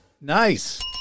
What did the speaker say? Nice